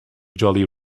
jolly